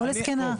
או זקנה,